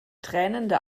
tränende